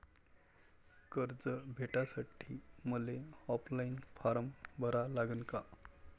कर्ज भेटासाठी मले ऑफलाईन फारम भरा लागन का?